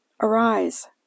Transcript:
Arise